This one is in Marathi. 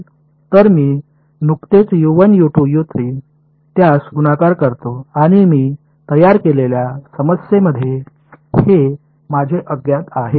तर मी नुकतेच त्यास गुणाकार करतो आणि मी तयार केलेल्या समस्येमध्ये हे माझे अज्ञात आहेत